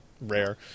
rare